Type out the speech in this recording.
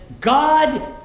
God